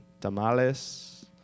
tamales